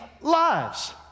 lives